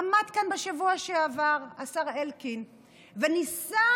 עמד כאן בשבוע שעבר השר אלקין וניסה